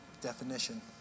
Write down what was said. definition